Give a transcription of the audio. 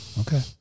okay